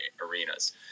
arenas